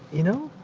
you know,